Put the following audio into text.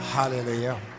Hallelujah